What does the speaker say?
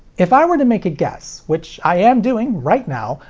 if i were to make a guess, which i am doing right now,